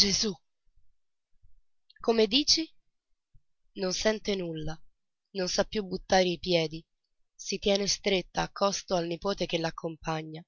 gesù come dici non sente nulla non sa più buttare i piedi si tiene stretta accosto al nipote che l'accompagna